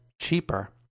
cheaper